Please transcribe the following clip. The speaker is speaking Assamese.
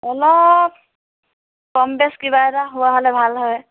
অলপ কম বেছ কিবা এটা হোৱা হ'লে ভাল হয়